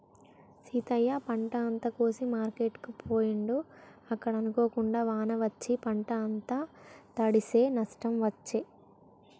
సీతయ్య పంట అంత కోసి మార్కెట్ కు పోయిండు అక్కడ అనుకోకుండా వాన వచ్చి పంట అంత తడిశె నష్టం వచ్చే